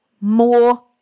more